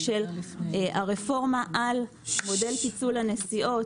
של הרפורמה על מודל פיצול הנסיעות,